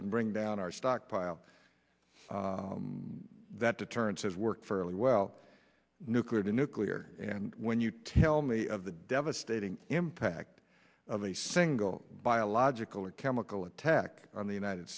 can bring down our stockpile that deterrence has worked fairly well nuclear to nuclear and when you tell me of the devastating impact of a single biological or chemical attack on the united